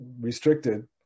restricted